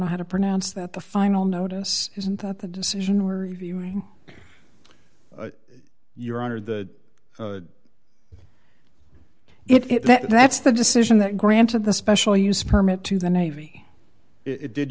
know how to pronounce that the final notice isn't that the decision were reviewing your honor the if that's the decision that granted the special use permit to the navy it did